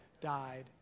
died